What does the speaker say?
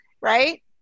right